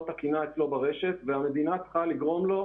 תקינה אצלו ברשת והמדינה צריכה לעזור לו